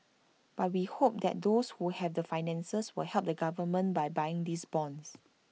but we hope that those who have the finances will help the government by buying these bonds